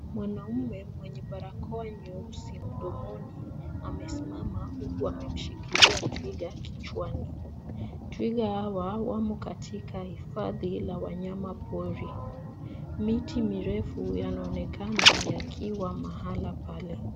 Mwanaume mwenye barakoa nyeusi mdomoni amesimama huku amemshikilia twiga kichwani. Twiga hawa wamo katika hifadhi la wanyamapori. Miti mirefu yanaonekana yakiwa mahala pale.